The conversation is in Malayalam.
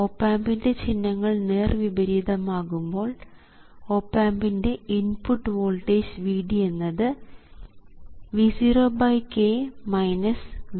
ഓപ് ആമ്പിൻറെ ചിഹ്നങ്ങൾ നേർവിപരീതം ആകുമ്പോൾ ഓപ് ആമ്പിൻറെ ഇൻപുട്ട് വോൾട്ടേജ് Vd എന്നത് V0k Vi ആണ്